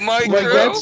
Micro